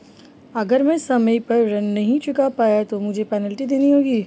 अगर मैं समय पर ऋण नहीं चुका पाया तो क्या मुझे पेनल्टी देनी होगी?